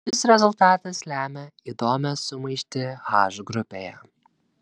šis rezultatas lemia įdomią sumaištį h grupėje